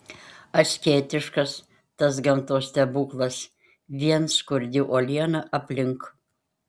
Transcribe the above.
asketiškas tas gamtos stebuklas vien skurdi uoliena aplink